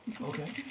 Okay